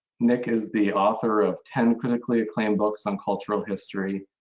nick is the author of ten critically acclaimed books on cultural history,